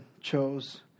chose